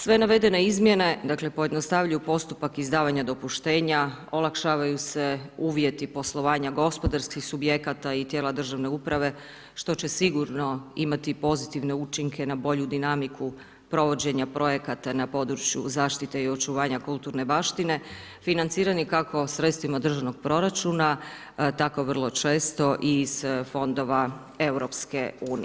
Sve navedene izmjene, dakle, pojednostavljuju postupak izdavanje dopuštenja, olakšavaju se uvjeti poslovanja gospodarskih subjekata i tijela državne uprave, što će sigurno imati pozitivne učinke na bolju dinamiku, provođenje projekata na području zaštite i očuvanja kulturne baštine, financirani kako sredstvima državnog proračuna, tako i vrlo često iz fondova EU.